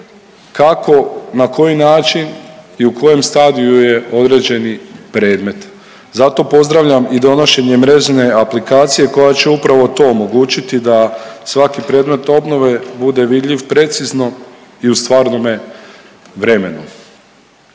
kako, na koji način i u kojem stadiju je određeni predmet. Zato pozdravljam i donošenje mrežne aplikacije koja će upravo to omogućiti da svaki predmet obnove bude vidljiv precizno i u stvarnome vremenu.